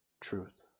truth